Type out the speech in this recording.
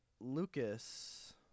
Lucas